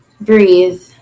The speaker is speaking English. Breathe